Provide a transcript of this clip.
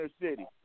city